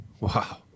Wow